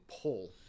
pull